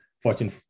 Fortune